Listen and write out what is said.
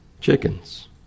chickens